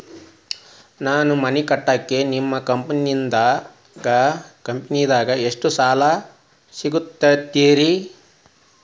ನಾ ಮನಿ ಕಟ್ಟಾಕ ನಿಮ್ಮ ಕಂಪನಿದಾಗ ಎಷ್ಟ ಸಾಲ ಸಿಗತೈತ್ರಿ?